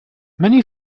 many